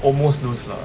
almost lose lah